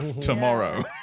tomorrow